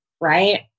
Right